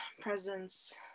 presence